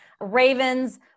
Ravens